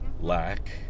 lack